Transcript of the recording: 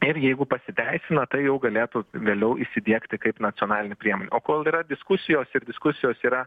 ir jeigu pasiteisina tai jau galėtų vėliau įsidiegti kaip nacionalinė priemonė o kol yra diskusijos ir diskusijos yra